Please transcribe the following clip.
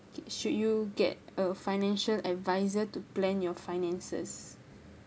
should you get a financial adviser to plan your finances